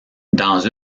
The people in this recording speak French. dans